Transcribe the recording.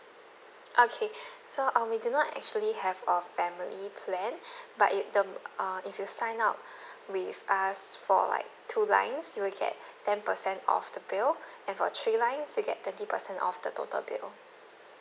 okay so um we do not actually have uh family plan but you the err if you sign up with us for like two lines you will get ten percent off the bill and for three lines you get thirty percent off the total bill